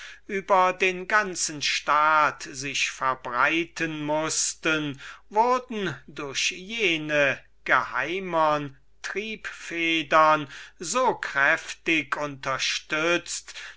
über den ganzen staat daherstürzen mußten wurden durch jene geheimern triebfedern so kräftig unterstützt